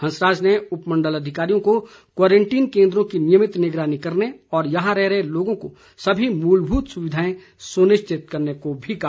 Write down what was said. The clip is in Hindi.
हंसराज ने उपमंडल अधिकारियों को क्वारंटीन केन्द्रों की नियमित निगरानी करने और यहां रह रहे लोगों को सभी मूलभूत सुविधाएं सुनिश्चित करने को भी कहा